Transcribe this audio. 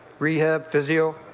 rehab, physio,